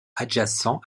adjacent